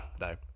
no